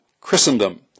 Christendom